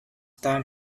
time